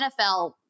NFL